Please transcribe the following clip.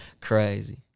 Crazy